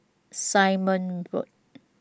Simon Road